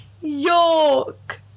York